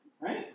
Right